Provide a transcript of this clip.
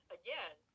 again